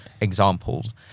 examples